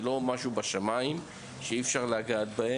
זה לא משהו שהוא בשמיים ואי אפשר לגעת בו,